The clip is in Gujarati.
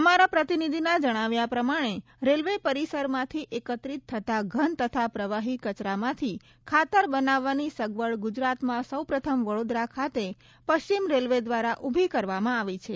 અમારા પ્રતિનિધિના જણાવ્યા પ્રમાણે રેલવે પરિસરમાંથી એકત્ર થતા ઘન તથા પ્રવાહી કચરામાંથી ખાતર બનાવવાની સગવડ ગુજરાતમાં સૌપ્રથમ વડોદરા ખાતે પશ્ચિમ રેલવે દ્વારા ઉભી કરવામાં આવી છે